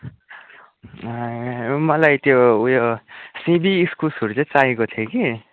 मलाई त्यो उयो सिमी इस्कुसहरू चाहिँ चाहिएको थियो कि